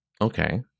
okay